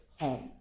homes